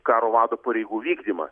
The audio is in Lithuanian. karo vado pareigų vykdymą